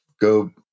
go